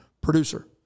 producer